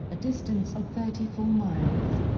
a distance of thirty four miles.